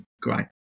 great